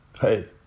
Hey